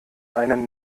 einen